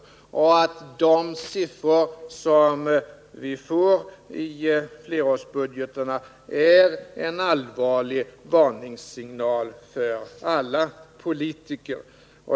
Jag har också understrukit att de siffror som vi får i flerårsbudgeterna är en allvarlig varningssignal för alla politiker.